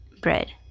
bread